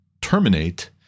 terminate